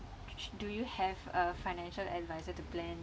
do you have a financial advisor to plan